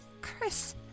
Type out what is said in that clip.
Chris